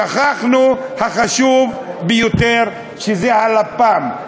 שכחנו את החשוב ביותר, שזה הלפ"מ.